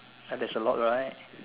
ya there's a lot right